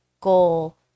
goal